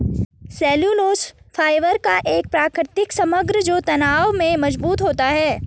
cellulose fibre का एक प्राकृतिक समग्र जो तनाव में मजबूत होता है